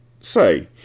Say